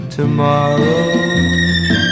tomorrow